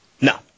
No